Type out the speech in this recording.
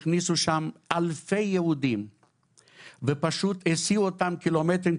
הכניסו שם אלפי יהודים ופשוט הסיעו אותם קילומטרים,